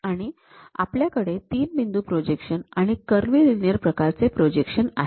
आणि आपल्याकडे ३ बिंदू प्रोजेक्शन आणि कर्वीलिनिअर प्रकारचे प्रोजेक्शन आहे